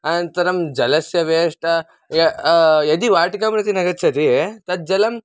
अनन्तरं जलस्य वेष्ट य यदि वाटिकां प्रति न गच्छति तज्जलं